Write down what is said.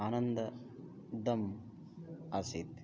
आनन्ददम् आसीत्